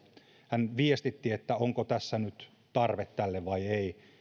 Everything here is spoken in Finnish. hän viestitti että onko tässä nyt tarve tälle vai ei